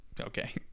okay